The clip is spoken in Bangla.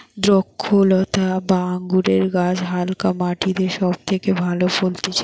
দ্রক্ষলতা বা আঙুরের গাছ হালকা মাটিতে সব থেকে ভালো ফলতিছে